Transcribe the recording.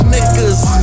Niggas